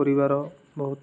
ପରିବାର ବହୁତ